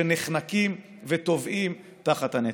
שנחנקים וטובעים תחת הנטל.